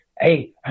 hey